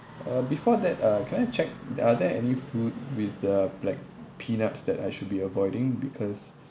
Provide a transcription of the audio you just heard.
uh before that uh can I check are there any food with the like peanuts that I should be avoiding because